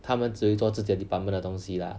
他们只会做自己的 department 的东西 lah